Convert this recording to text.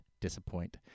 disappoint